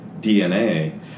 DNA